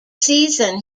season